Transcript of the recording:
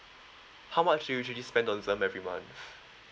how much usually spend on them every month